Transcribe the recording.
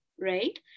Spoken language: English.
right